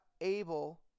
able